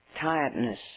tiredness